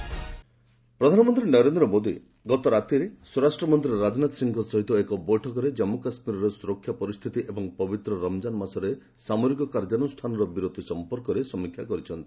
PM meeting Kashmir ପ୍ରଧାନମନ୍ତ୍ରୀ ନରେନ୍ଦ୍ର ମୋଦି ଗତ ରାତିରେ ସ୍ୱରାଷ୍ଟ୍ରମନ୍ତ୍ରୀ ରାଜନାଥ ସିଂଙ୍କ ସହିତ ଏକ ବୈଠକରେ କାଞ୍ଚୁ କାଶ୍ମୀର ସୁରକ୍ଷା ପରିସ୍ଥିତି ଏବଂ ପବିତ୍ର ରମ୍ଜାନ୍ ମାସରେ ସାମରିକ କାର୍ଯ୍ୟାନୁଷ୍ଠାନର ବିରତି ସଂପର୍କରେ ସମୀକ୍ଷା କରିଛନ୍ତି